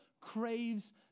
craves